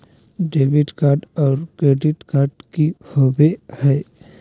Debit card और credit card की होवे हय?